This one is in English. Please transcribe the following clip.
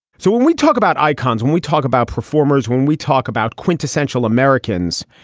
so when we talk about icons, when we talk about performers, when we talk about quintessential americans,